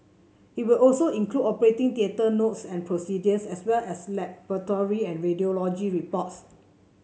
it will also include operating theatre notes and procedures as well as laboratory and radiology reports